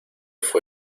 fué